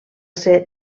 ser